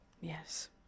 Yes